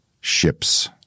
ships